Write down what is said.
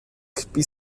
kpi